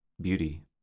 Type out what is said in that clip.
Beauty